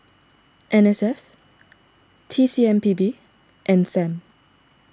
N S F T C M P B and Sam